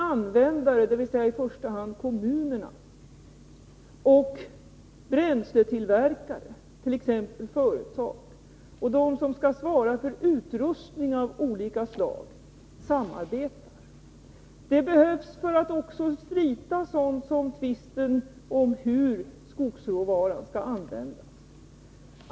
Användarna, dvs. i första hand kommunerna, och bränsletillverkarna, dvs. företag, och de som skall svara för utrustning av olika slag behöver samarbeta. Samarbete behövs för att t.ex. slita tvisten om hur skogsråvaran skall användas.